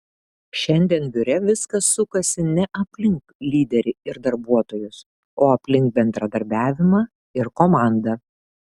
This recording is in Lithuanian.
šiandien biure viskas sukasi ne aplink lyderį ir darbuotojus o aplink bendradarbiavimą ir komandą